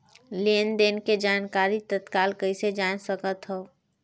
लेन देन के जानकारी तत्काल कइसे जान सकथव?